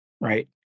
right